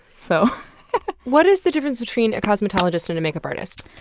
so what is the difference between a cosmetologist and a makeup artist?